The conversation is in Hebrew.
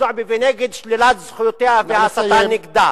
זועבי ונגד שלילת זכויותיה וההסתה נגדה.